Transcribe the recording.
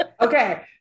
Okay